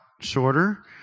shorter